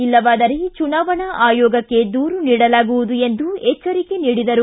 ಇಲ್ಲವಾದರೆ ಚುನಾವಣಾ ಆಯೋಗಕ್ಕೆ ದೂರು ನೀಡಲಾಗುವುದು ಎಂದು ಎಚ್ಚರಿಕೆ ನೀಡಿದರು